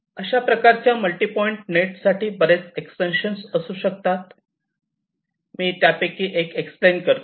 अशा प्रकारच्या multi point नेटसाठी बरेच एक्स्टेंशन असू शकतात मी त्यापैकी एक एक्सप्लेन करतो